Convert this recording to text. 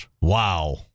Wow